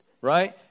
right